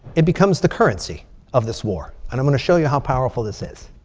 it becomes the currency of this war. and i'm going to show you how powerful this is.